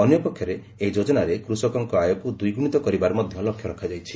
ଅନ୍ୟ ପକ୍ଷରେ ଏହି ଯୋଜନାରେ କୃଷକଙ୍କ ଆୟକୁ ଦ୍ୱିଗୁଶିତ କରିବାର ଲକ୍ଷ୍ୟ ରଖାଯାଇଛି